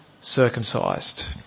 circumcised